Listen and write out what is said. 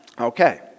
okay